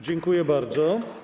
Dziękuję bardzo.